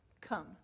come